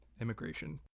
immigration